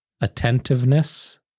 attentiveness